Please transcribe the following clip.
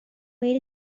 way